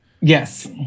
Yes